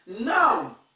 now